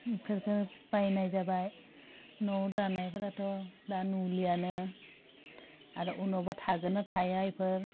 बेफोरखो बायनाय जाबाय न'वाव दानायफोराथ' दा नुलियानो आरो उनावबा थागोन ना थाया बेफोर